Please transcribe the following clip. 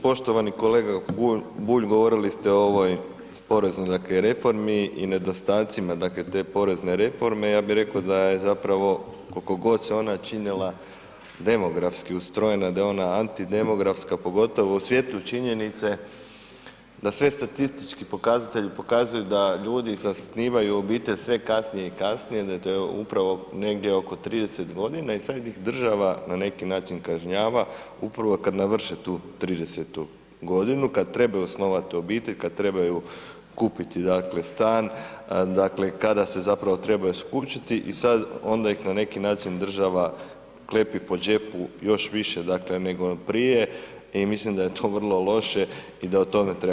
Poštovani kolega Bulj, govorili ste o ovoj poreznoj dakle reformi i nedostacima dakle te porezne reforme, ja bi reko da je zapravo, kolko god se ona činila demografski ustrojena, da je ona antidemografska pogotovo u svijetlu činjenice da sve statistički pokazatelji pokazuju da ljudi zasnivaju obitelj sve kasnije i kasnije, da je to upravo negdje oko 30.g. i sad ih država na neki način kažnjava upravo kad navrše tu 30.g., kad trebaju osnovat obitelj, kad trebaju kupiti dakle stan, dakle kada se zapravo trebaju skućiti i sad onda ih na neki način država klepi po džepu još više dakle nego prije i mislim da je to vrlo loše i da o tome treba govoriti.